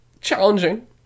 challenging